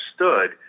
understood